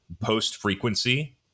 post-frequency